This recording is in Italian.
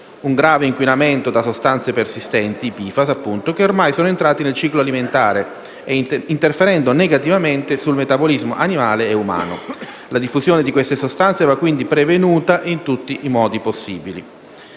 Un grave inquinamento da sostanze persistenti, i PFAS, che oramai sono entrati nel ciclo alimentare, interferendo negativamente sul metabolismo animale e umano. La diffusione di queste sostanze va quindi prevenuta in tutti i modi possibili.